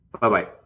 bye-bye